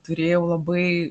turėjau labai